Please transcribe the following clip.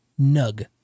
nug